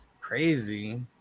crazy